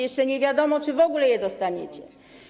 Jeszcze nie wiadomo, czy w ogóle je dostaniecie.